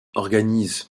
organise